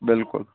بلکل